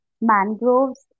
mangroves